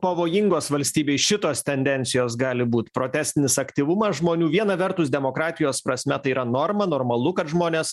pavojingos valstybei šitos tendencijos gali būt protestinis aktyvumas žmonių viena vertus demokratijos prasme tai yra norma normalu kad žmonės